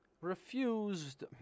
refused